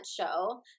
show